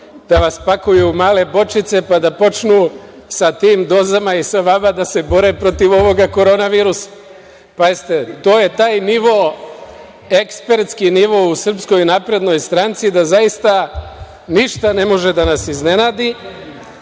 da vas spakuju u male bočice pa da počnu sa tim dozama i sa vama da se bore protiv ovoga korona virusa. Pazite, to je taj nivo, ekspertski nivo u SNS da zaista ništa ne može da nas iznenadi